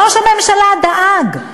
ראש הממשלה דאג,